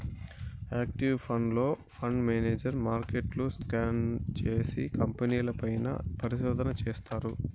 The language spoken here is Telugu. యాక్టివ్ ఫండ్లో, ఫండ్ మేనేజర్ మార్కెట్ను స్కాన్ చేసి, కంపెనీల పైన పరిశోధన చేస్తారు